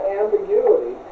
ambiguity